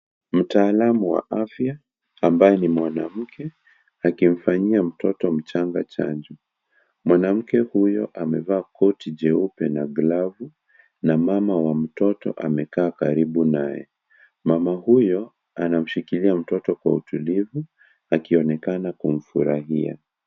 Mtaalamu wa afya ambaye ni mwanamke akimfanyia mtoto mchanga chanjo ,mwanamke huyo amevalia koti jeupe na glafu na mama wa mtoto amekaa karibu naye ,mama huyo anamshikilia mtoto kwa utulivu akionekana kumfurahia.